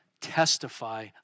testify